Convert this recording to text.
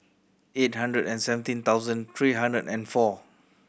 eight hundred and seventeen thousand three hundred and four